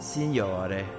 Signore